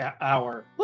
Hour